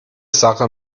sache